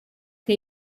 che